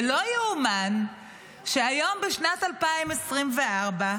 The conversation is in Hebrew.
ולא ייאמן שהיום, בשנת 2024,